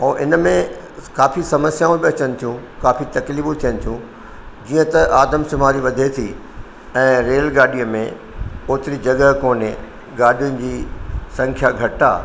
ऐं इन में काफ़ी समस्याऊं बि अचनि थियूं काफ़ी तकलीफूं बि थियनि थियूं जीअं त आदम समाज वधे थी ऐं रेलगाॾीअ में ओतिरी जॻह कोन्हे गाॾियुनि जी संख्या घटि आहे